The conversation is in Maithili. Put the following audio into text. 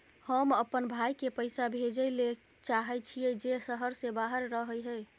हम अपन भाई के पैसा भेजय ले चाहय छियै जे शहर से बाहर रहय हय